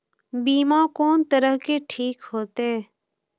बीमा कोन तरह के ठीक होते?